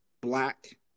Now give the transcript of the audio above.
black